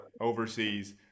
overseas